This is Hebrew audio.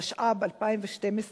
התשע"ב 2012,